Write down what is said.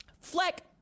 Fleck